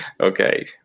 okay